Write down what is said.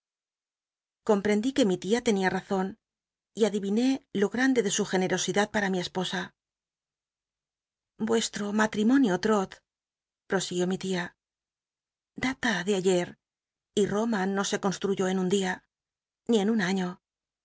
comprendí uc mi tia tenia razon y adil'iné ju grande de su gcn cro idad para mi esposa vuestro matrimonio trot i i'osiguió mi tia data de ayer y liorna no se construyó en un dia ni en un año